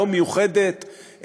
לא מיוחדת,